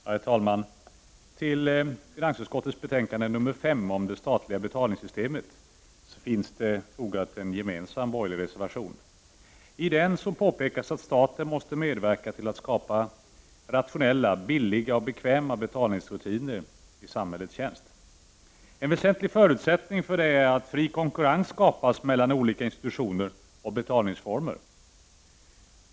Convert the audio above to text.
Herr talman! Till finansutskottets betänkande nr 5 om det statliga betalningssystemet finns en gemensam borgerlig reservation fogad. I den påpekas att staten måste medverka till att skapa rationella, billiga och bekväma betalningsrutiner i samhällets tjänst. En väsentlig förutsättning för detta är att fri konkurrens skapas mellan olika institutioner och betalningsformer.